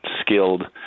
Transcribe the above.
skilled